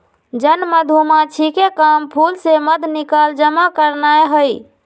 जन मधूमाछिके काम फूल से मध निकाल जमा करनाए हइ